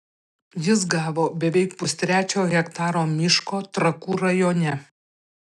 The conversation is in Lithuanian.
jis gavo beveik pustrečio hektaro miško trakų rajone